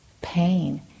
pain